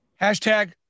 Hashtag